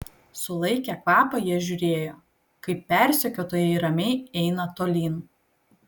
sulaikę kvapą jie žiūrėjo kaip persekiotojai ramiai eina tolyn